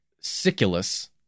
Siculus